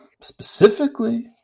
specifically